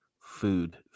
food